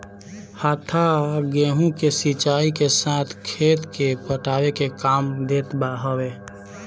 हत्था गेंहू के सिंचाई के समय खेत के पटावे के काम देत हवे